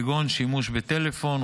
כגון שימוש בטלפון,